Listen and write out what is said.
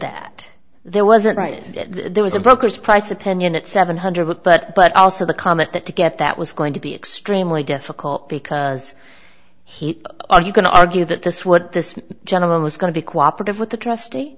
that there wasn't right there was a broker's price opinion at seven hundred book but but also the comment that to get that was going to be extremely difficult because he you can argue that this what this gentleman was going to be cooperative with the trustee